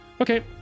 Okay